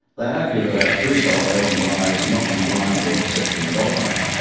they argued that our true salvation lies not in blindly accepting dogma,